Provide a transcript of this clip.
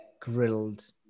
grilled